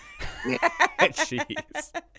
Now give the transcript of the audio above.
Jeez